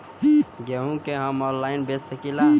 गेहूँ के हम ऑनलाइन बेंच सकी ला?